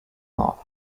north